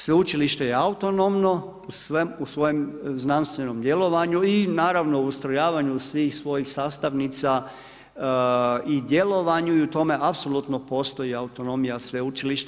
Sveučilište je autonomno u svojem znanstvenom djelovanju i naravno u ustrojavanju svih svojih sastavnica i djelovanju i u tome apsolutno postoji autonomija sveučilišta.